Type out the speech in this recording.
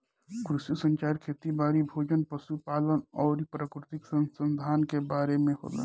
कृषि संचार खेती बारी, भोजन, पशु पालन अउरी प्राकृतिक संसधान के बारे में होला